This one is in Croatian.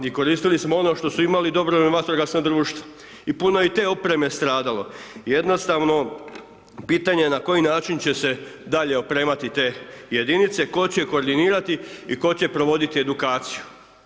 I koristili smo ono što su imala dobrovoljna vatrogasna društva i puno i te opreme stradalo, jednostavno pitanje na koji način će se dalje opremati te jedinice, ko će koordinirati i ko će provoditi edukaciju.